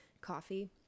coffee